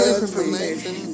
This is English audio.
information